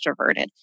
extroverted